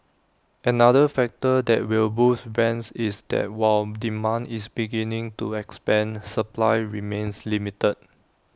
another factor that will boost rents is that while demand is beginning to expand supply remains limited